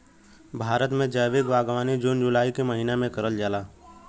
भारत में जैविक बागवानी जून जुलाई के महिना में करल जाला